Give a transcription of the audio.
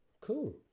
Cool